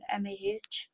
mAh